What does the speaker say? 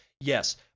Yes